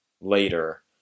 later